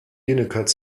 unicode